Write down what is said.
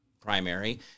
primary